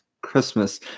Christmas